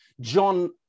John